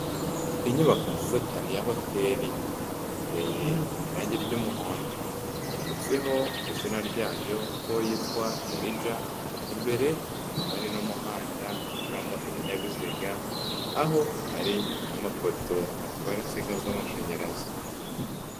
Inyubako nziza cyane ya hoteli, iteye irangi ry'umuhondo yanditseho izina ryayo ko yitwa Erija, imbere hakaba hari n'umuhanda unyuramo ibinyabiziga, aho hari n'amapoto atwara insinga z'amashanyarazi.